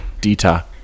Dita